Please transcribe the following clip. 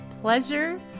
pleasure